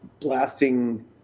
blasting